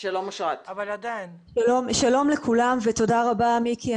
שלום לכולם ותודה רבה, מיקי.